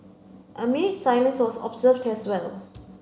a minute's silence was observed as well